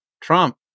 Trump